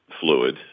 fluid